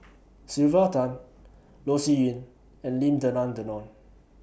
Sylvia Tan Loh Sin Yun and Lim Denan Denon